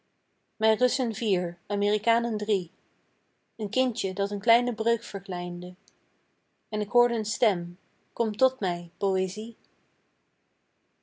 mij russen vier amerikanen drie een kindje dat een kleine breuk verkleinde en k hoorde een stem kom tot mij poëzie